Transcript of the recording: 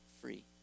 free